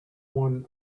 one